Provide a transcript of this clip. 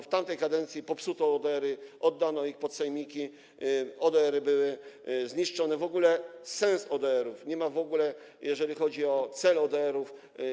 W tamtej kadencji popsuto ODR-y, oddano je pod sejmiki, ODR-y były zniszczone, w ogóle sens ODR-ów, nie ma go w ogóle, jeżeli chodzi o cel ODR-ów.